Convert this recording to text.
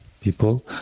people